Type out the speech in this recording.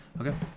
Okay